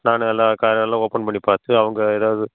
நான் எல்லாம் எல்லாம் ஓப்பன் பண்ணி பார்த்து அவங்க ஏதாவது